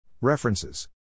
References